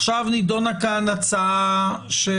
עכשיו נידונה כאן ההצעה של